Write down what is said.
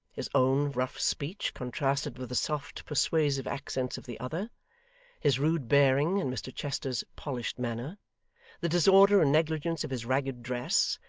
his own rough speech, contrasted with the soft persuasive accents of the other his rude bearing, and mr chester's polished manner the disorder and negligence of his ragged dress,